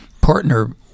partner